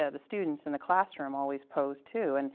ah the students in the classroom always pose, too. and